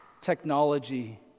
technology